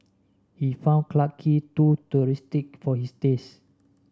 he found Clarke Quay too touristic for his taste